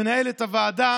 שמנהל את הוועדה